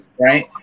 right